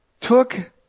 took